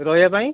ରହିବା ପାଇଁ